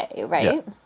right